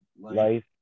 life